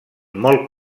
molt